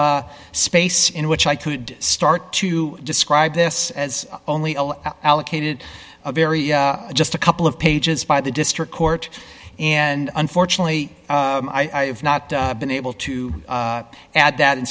space in which i could start to describe this as only allocated a very just a couple of pages by the district court and unfortunately i have not been able to add that